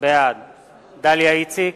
בעד דליה איציק,